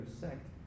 sect